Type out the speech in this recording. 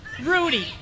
Rudy